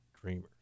dreamers